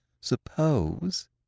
Suppose